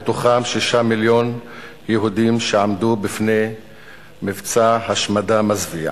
מהם שישה מיליון יהודים שעמדו בפני מבצע השמדה מזוויע.